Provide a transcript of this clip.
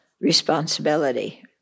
responsibility